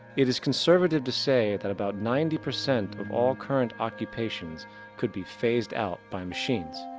it is conservative to say that about ninety percent of all current occupations could be faced out by machines.